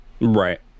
Right